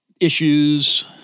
issues